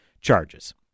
charges